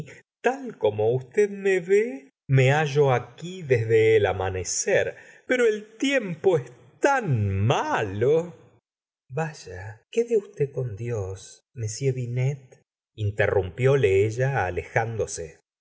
tal ah como usted me ve me hallo aqui desde el amanecer pero el tiempo es tan malo vaya quede usted con dios m binetinterrumpióle ella alejándose